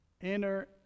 Enter